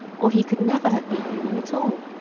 or he could never have beaten them at all.